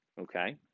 Okay